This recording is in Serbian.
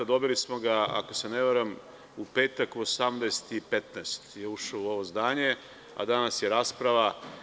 Dobili smo ga, ako se ne varam, u petak, u 18,15 časova je ušao u ovo zdanje, a danas je rasprava.